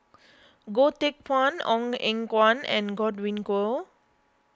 Goh Teck Phuan Ong Eng Guan and Godwin Koay